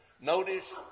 Notice